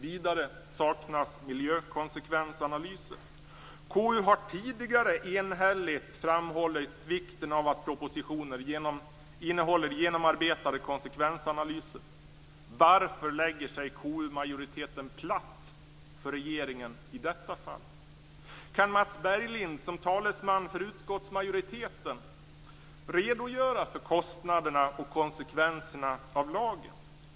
Vidare saknas miljökonsekvensanalyser. KU har tidigare enhälligt framhållit vikten av att propositioner innehåller genomarbetade konsekvensanalyser. Varför lägger sig KU majoriteten platt för regeringen i detta fall? Kan Mats Berglind som talesman för utskottsmajoriteten redogöra för kostnaderna och för konsekvenserna av lagen?